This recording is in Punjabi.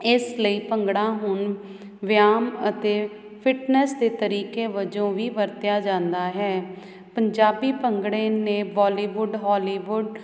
ਇਸ ਲਈ ਭੰਗੜਾ ਹੁਣ ਵਿਆਯਾਮ ਅਤੇ ਫਿਟਨੈਸ ਦੇ ਤਰੀਕੇ ਵਜੋਂ ਵੀ ਵਰਤਿਆ ਜਾਂਦਾ ਹੈ ਪੰਜਾਬੀ ਭੰਗੜੇ ਨੇ ਬੋਲੀਵੁੱਡ ਹੋਲੀਵੁੱਡ